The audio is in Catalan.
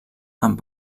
amb